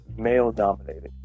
male-dominated